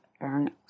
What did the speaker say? earn